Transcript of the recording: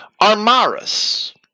Armaris